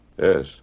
yes